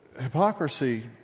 Hypocrisy